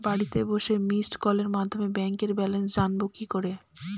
বাড়িতে বসে মিসড্ কলের মাধ্যমে ব্যাংক ব্যালেন্স জানবো কি করে?